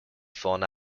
fun